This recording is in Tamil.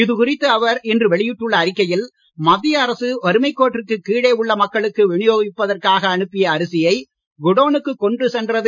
இது குறித்து அவர் இன்று வெளியிட்டுள்ள அறிக்கையில் மத்திய அரசு வறுமைக் கோட்டிற்குக் கீழே உள்ள மக்களுக்கு வினியோகிப்பதற்காக அனுப்பிய அரிசியை குடோனுக்கு கொண்டு சென்றது